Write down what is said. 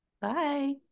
bye